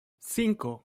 cinco